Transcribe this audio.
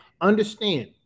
understand